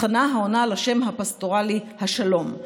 תחנה העונה לשם הפסטורלי "השלום".